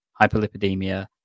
hyperlipidemia